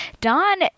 Don